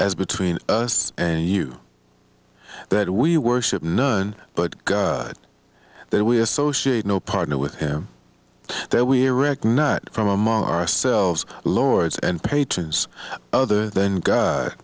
as between us and you that we worship none but that we associate no partner with him that we are reg not from among ourselves lords and patrons other than god